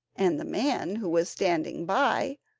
and the man, who was standing by,